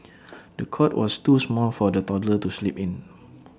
the cot was too small for the toddler to sleep in